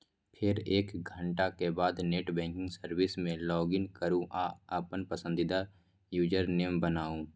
फेर एक घंटाक बाद नेट बैंकिंग सर्विस मे लॉगइन करू आ अपन पसंदीदा यूजरनेम बनाउ